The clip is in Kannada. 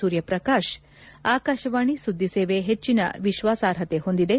ಸೂರ್ಯಪ್ರಕಾಶ್ ಆಕಾಶವಾಣಿ ಸುದ್ಲಿ ಸೇವೆ ಹೆಚ್ಚಿನ ವಿಶ್ವಾಸಾರ್ಪತೆ ಹೊಂದಿದೆ